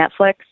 Netflix